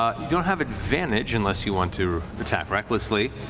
ah don't have advantage, unless you want to attack recklessly,